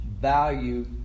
value